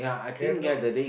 cannot